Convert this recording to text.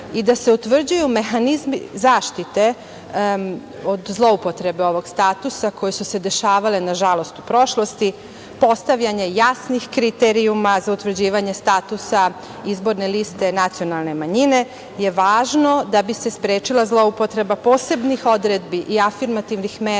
i da se utvrđuju mehanizmi zaštite od zloupotrebe ovog statusa, koje su se dešavale, nažalost, u prošlosti, postavljanje jasnih kriterijuma za utvrđivanje statusa izborne liste nacionalne manjine je važno da bi se sprečila zloupotreba posebnih odredbi i afirmativnih mera